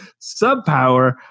Subpower